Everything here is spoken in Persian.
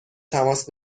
تماس